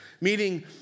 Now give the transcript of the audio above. Meaning